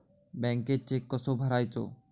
बँकेत चेक कसो भरायचो?